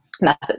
message